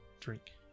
drink